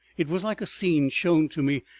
it was like a scene shown to me,